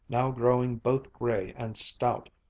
now growing both gray and stout,